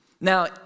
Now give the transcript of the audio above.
Now